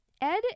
Ed